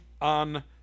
on